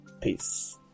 Peace